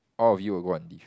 all of you will go on leave